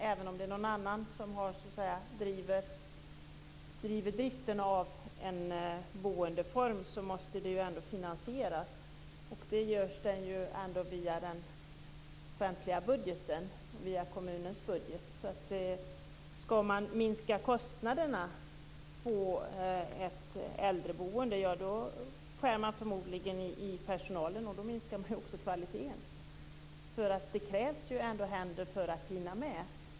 Även om det är någon annan som har driften av en boendeform måste det finansieras, och det görs ändå via den offentliga budgeten, via kommunens budget. Om man skall minska kostnaderna i ett äldreboende skär man förmodligen ned på personalen, och då minskar också kvaliteten. Det krävs ju händer för att man skall hinna med.